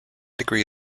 degree